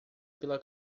pela